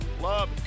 Love